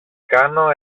κάνω